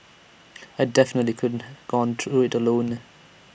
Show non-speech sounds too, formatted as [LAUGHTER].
[NOISE] I definitely couldn't have gone through IT alone